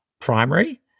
primary